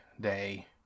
Day